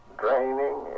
draining